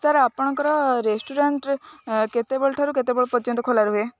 sir ଆପଣଙ୍କର restaurant କେତେବେଳେ ଠାରୁ କେତେବଳେ ପର୍ଯ୍ୟନ୍ତ ଖୋଲା ରୁହେ